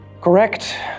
Correct